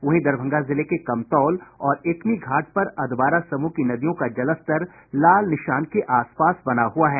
वहीं दरभंगा जिले के कमतौल और एकमी घाट पर अधवारा समूह की नदियों का जलस्तर लाल निशान के आसपास बना हुआ है